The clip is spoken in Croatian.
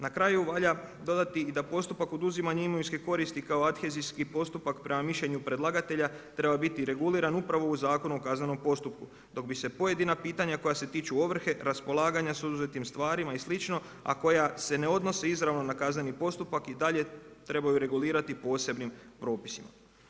Na kraju valja dodati i da postupak oduzimanja imovinske koristi kao adthezijski postupak prema mišljenju predlagatelja treba biti reguliran upravo u Zakonu o kaznenom postupku dok bi se pojedina pitanja koja se tiču ovrhe, raspolaganja sa oduzetim stvarima i slično a koja se ne odnose izravno na kazneni postupak i dalje trebaju regulirati posebnim propisima.